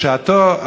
בשעתו,